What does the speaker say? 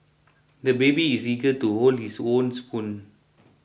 the baby is eager to hold his own spoon